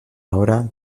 hora